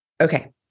Okay